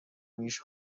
میش